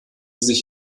sich